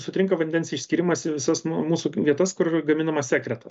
sutrinka vandens išskyrimas į visas mūsų vietas kur yra gaminamas sekretas